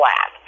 flat